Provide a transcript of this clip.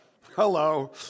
Hello